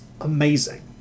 amazing